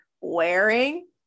wearing